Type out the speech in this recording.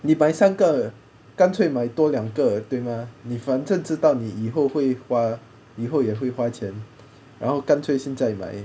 你买三个干脆买多两个对吗你反正知道你以后会花以后也会花钱然后干脆现在买